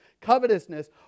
covetousness